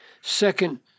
Second